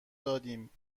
دادیم